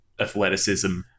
athleticism